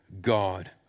God